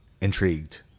intrigued